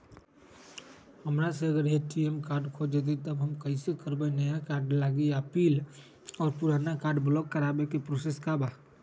हमरा से अगर ए.टी.एम कार्ड खो जतई तब हम कईसे करवाई नया कार्ड लागी अपील और पुराना कार्ड ब्लॉक करावे के प्रोसेस का बा?